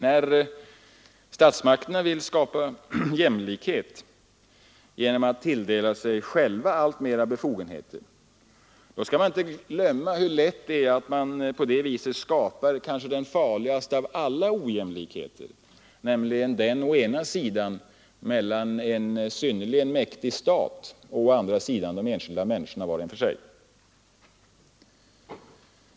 När statsmakterna vill skapa jämlikhet genom att tilldela sig själva alltmera befogenheter skall man inte glömma hur lätt det är att man på det viset skapar den kanske farligaste av alla ojämlikheter, nämligen den mellan å ena sidan en synnerligen mäktig stat och å andra sidan de enskilda människorna var och en för sig.